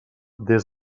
des